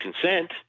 consent